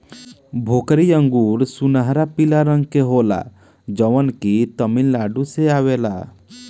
भोकरी अंगूर सुनहरा पीला रंग के होला जवन की तमिलनाडु से आवेला